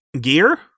gear